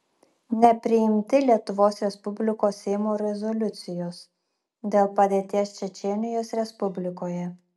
nepriimti lietuvos respublikos seimo rezoliucijos dėl padėties čečėnijos respublikoje